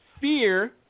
Fear